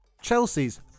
Chelsea's